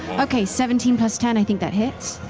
okay, seventeen plus ten, i think that hits.